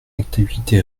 activité